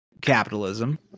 capitalism